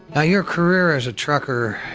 ah your career as a trucker